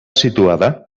situada